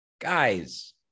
guys